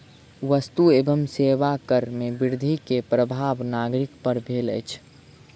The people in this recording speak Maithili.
वस्तु एवं सेवा कर में वृद्धि के प्रभाव नागरिक पर भेल अछि